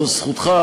זו זכותך,